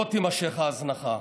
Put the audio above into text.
לא תימשך ההזנחה.